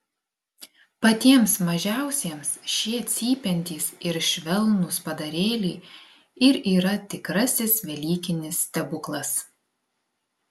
patiems mažiausiems šie cypsintys ir švelnūs padarėliai ir yra tikrasis velykinis stebuklas